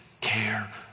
care